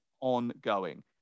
ongoing